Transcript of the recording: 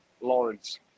Lawrence